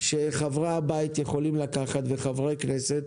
שחברי הבית יכולים לקחת וחברי כנסת